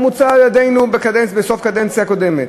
הצענו גם בסוף הקדנציה הקודמת.